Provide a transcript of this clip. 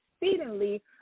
exceedingly